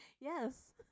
Yes